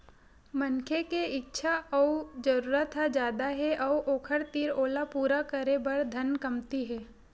मनखे के इच्छा अउ जरूरत ह जादा हे अउ ओखर तीर ओला पूरा करे बर धन कमती हे